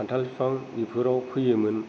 खान्थाल बिफां बेफोराव फैयोमोन